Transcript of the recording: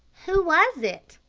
who was it?